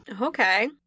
okay